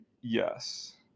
Yes